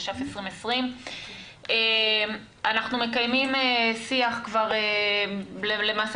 התש"ף 2020. אנחנו מקיימם שיח למעשה